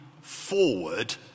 forward